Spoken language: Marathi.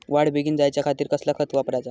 वाढ बेगीन जायच्या खातीर कसला खत वापराचा?